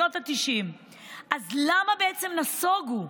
אז למה בעצם נסוגו?